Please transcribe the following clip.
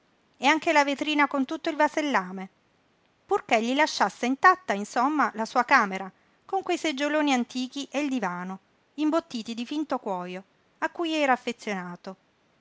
e anche la vetrina con tutto il vasellame purché gli lasciasse intatta insomma la sua camera con quei seggioloni antichi e il divano imbottiti di finto cuojo a cui era affezionato